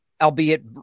albeit